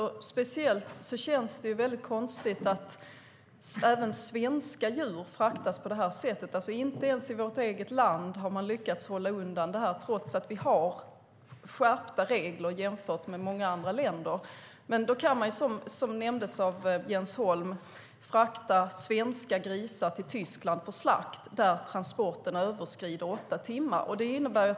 Det känns konstigt att även svenska djur fraktas på det här sättet. Inte ens i vårt eget land har man lyckats hålla undan det här, trots att vi har skärpta regler jämfört med många andra länder. Ändå kan man, som nämndes av Jens Holm, frakta svenska grisar till Tyskland för slakt, och transporttiderna överskrider åtta timmar.